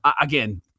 again